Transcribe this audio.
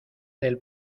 del